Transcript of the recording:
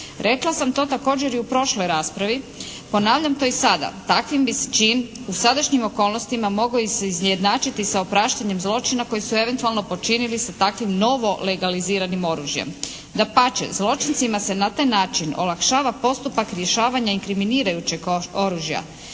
Rekla sam to također i u prošloj raspravi. Ponavljam to i sada. Takav bi se čin u sadašnjim okolnostima mogao se izjednačiti sa opraštanjem zločina koji su eventualno počinili sa takvim novo legaliziranim oružjem. Dapače, zločincima se na taj način olakšava postupak rješavanja inkriminirajućeg oružja